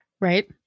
Right